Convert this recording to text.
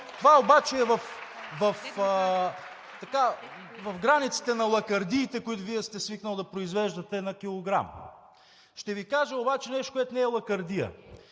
Това е в границите на лакардиите, които Вие сте свикнал да произвеждате на килограм, но ще ви кажа обаче нещо, което не е лакардия.